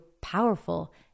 powerful